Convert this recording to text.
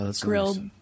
grilled